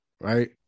Right